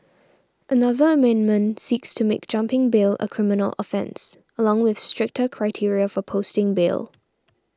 another amendment seeks to make jumping bail a criminal offence along with stricter criteria for posting bail